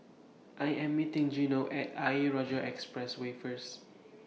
I Am meeting Gino At Ayer Rajah Expressway First